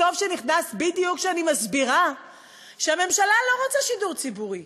טוב שנכנסת בדיוק כשאני מסבירה שהממשלה לא רוצה שידור ציבורי,